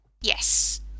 Yes